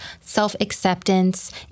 self-acceptance